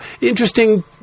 interesting